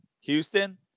Houston